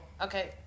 Okay